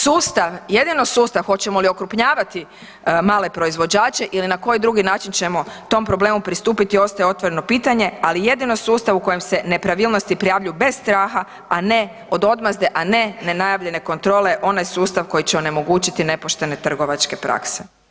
Sustav, jedino sustav hoćemo li okrupnjavati male proizvođače ili na koji drugi način ćemo tom problemu pristupiti, ostaje otvoreno pitanje ali jedino sustav u kojem se nepravilnosti prijavljuju bez straha a ne od odmazde, a ne nenajavljene kontrole, onaj sustav koji će onemogućiti nepoštene trgovačke prakse.